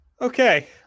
Okay